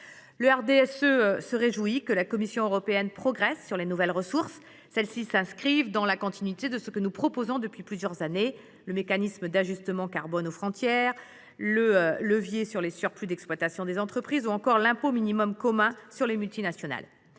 Le RDSE se réjouit que la Commission européenne progresse sur la question des nouvelles ressources. Celles ci s’inscrivent dans la continuité de ce que nous proposons depuis plusieurs années : le mécanisme d’ajustement carbone aux frontières, le levier sur le surplus des résultats d’exploitation des entreprises ou encore l’impôt minimum commun sur les multinationales.